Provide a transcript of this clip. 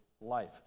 life